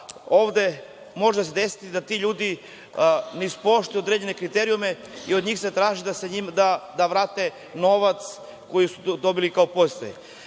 se može desiti da ti ljudi ne ispoštuju određene kriterijume i od njih se traži da vrate novac koji su dobili kao